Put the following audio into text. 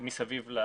מסביב.